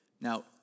Now